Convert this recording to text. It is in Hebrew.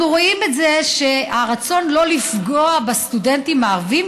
אנחנו רואים את זה שברצון לא לפגוע בסטודנטים הערבים,